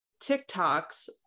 TikToks